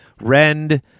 rend